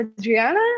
Adriana